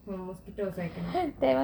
mosquito also cannot